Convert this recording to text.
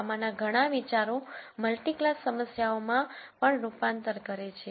આમાંના ઘણા વિચારો મલ્ટિ ક્લાસ સમસ્યાઓ માં પણ રૂપાંતર કરે છે